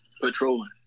patrolling